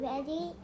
Ready